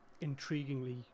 intriguingly